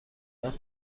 وقت